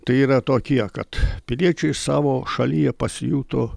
tai yra tokie kad piliečiai savo šalyje pasijuto